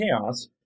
chaos